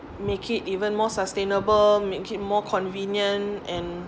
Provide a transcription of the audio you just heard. make it even more sustainable make it more convenient and